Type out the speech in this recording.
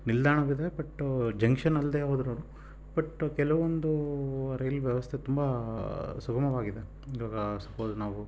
ನಿಲ್ದಾಣವಿದೆ but junction ಅಲ್ಲದೇ ಹೋದ್ರೂ but ಕೆಲವೊಂದು ರೈಲು ವ್ಯವಸ್ಥೆ ತುಂಬ ಸುಗಮವಾಗಿದೆ ಇವಾಗ ಸಪೋಸ್ ನಾವು